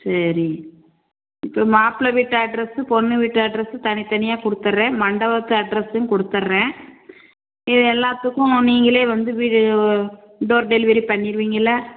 சரி இப்போ மாப்பிள வீட்டு அட்ரஸு பொண்ணு வீட்டு அட்ரஸு தனித் தனியாக கொடுத்தர்றேன் மண்டபத்து அட்ரஸும் கொடுத்தர்றேன் இது எல்லாத்துக்கும் நீங்களே வந்து வீடு டோர் டெலிவரி பண்ணிருவீங்கல்ல